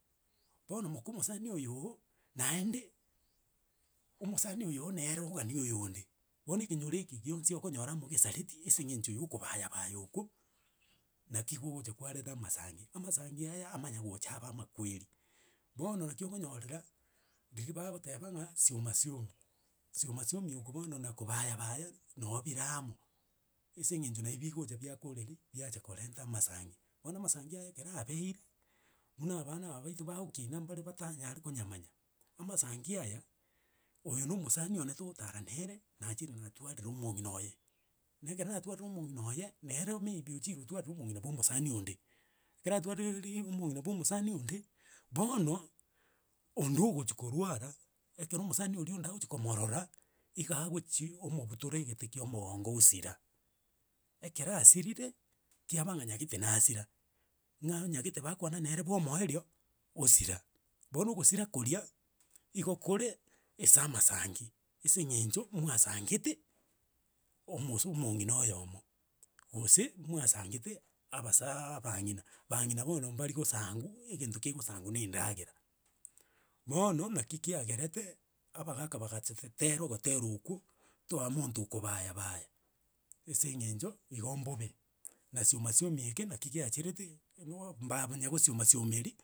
Bono moka omosani oyo ogo, naende omosani oyo ogo nere ogani oyonde. Bono ekenyoro eke gionsi okonyora mogesareti ase eng'encho ya okobayabaya okwo, naki gogocha kwareta amasangi. Amasangi aya amanya gocha aba amakweri, bono naki okonyorera, riria bagoteba ng'a sioma siomi, sioma siomi oko bono na kobayabaya, nobire amo ase eng'encho nabi bigocha biakoreri, biacha korenta amasangi. Bono amasangi aya ekero abeire, buna abana aba baito bagokina mbare batanyare konyamanya. Amasangi aya, oyo na omosani one togotara nere, nachire natwarire omong'ina oye. Na ekere natwarire omong'ina oye, nere maybe ochire otwarire omong'ina bwa omosani onde, ekero atwarire- ri omong'ina bwa omosani onde, bono onde ogochia korwara, ekero omasani oria onde agochia komorora, iga agochia omobutora egete kia omongongo osira. Ekero asirire, kiaba ng'a nyagete nasira, ng'a nyagete bakwana nere bwa omoerio, osira. Bono ogosira koria igo kore ase amasangi ase eng'encho mwasangeti omosu omong'ina oyomo gose, mwasangete abasaaa abang'ina. Bang'ina bono mbarigosangu, egento kegosangu na endagera. Bono naki kiagerete abagaka bagachata tera ogotera okwo, toa monto okobayabaya ase eng'encho igo mbobe na sioma siomi eke naki giacherete noa mbabanya gosioma siomeri.